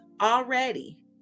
already